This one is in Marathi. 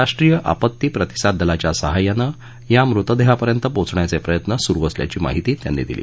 राष्ट्रीय आपत्ती प्रतिसाद दलाच्या सहाय्यानं या मृतदेहापर्यंत पोचण्याचे प्रयत्न सुर असल्याची माहिती त्यांनी दिली